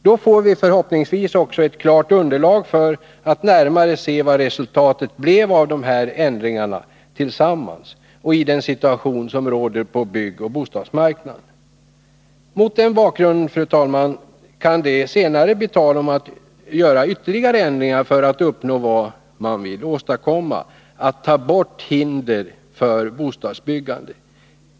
Då får vi förhoppningsvis ett klart underlag för att närmare se vad resultatet av de här ändringarna blev tillsammans och i den situation som råder på byggoch bostadsmarknaden. Mot den bakgrunden, fru talman, kan det bli tal om att göra ytterligare ändringar för att uppnå vad vi vill åstadkomma — att ta bort hinder för bostadsbyggandet.